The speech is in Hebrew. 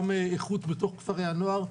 גם איכות בתוך כפרי הנוער.